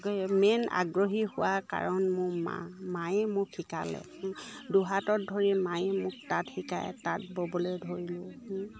main আগ্ৰহী হোৱা কাৰণ মোৰ মা মায়ে মোক শিকালে দুহাতত ধৰি মায়ে মোক তাঁত শিকায় তাঁত ব'বলৈ ধৰিলোঁ